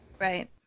Right